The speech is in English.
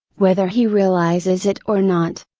whether he realizes it or not.